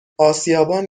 آسیابان